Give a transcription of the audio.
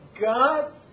God